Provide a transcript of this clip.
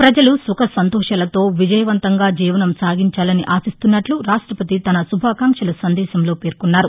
ప్రపజలు సుఖ సంతోషాలతో విజయవంతంగా జీవనం సాగించాలని ఆశిస్తున్నట్లు రాష్టపతి తన శుభాకాంక్షల సందేశంలో పేర్కొన్నారు